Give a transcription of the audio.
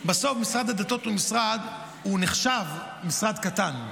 בסוף משרד הדתות נחשב משרד קטן.